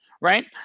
right